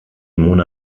mona